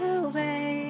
away